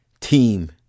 team